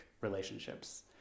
relationships